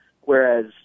Whereas